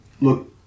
look